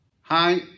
hi